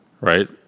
right